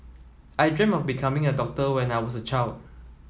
I dreamt of becoming a doctor when I was a child